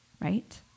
right